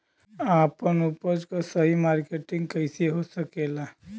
आपन उपज क सही मार्केटिंग कइसे हो सकेला?